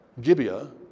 Gibeah